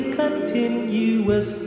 continuous